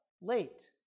late